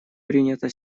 принята